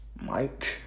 Mike